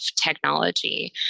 technology